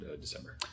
december